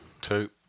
Two